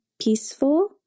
peaceful